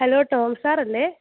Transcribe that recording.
hello toll sir അല്ലേ